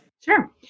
Sure